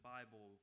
Bible